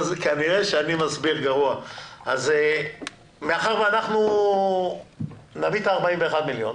מאחר ואנחנו נביא את ה-41 מיליון,